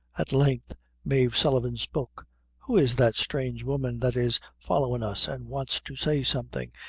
at length mave sullivan spoke who is that strange woman that is followin' us, an' wants to say something,